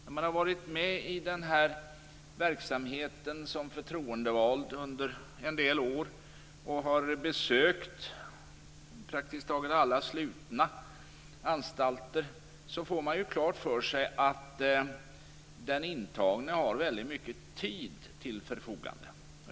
När man har varit med i verksamheten som förtroendevald under en del år och besökt praktiskt taget alla slutna anstalter får man klart för sig att den intagne har väldigt mycket tid till förfogande.